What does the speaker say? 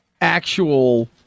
actual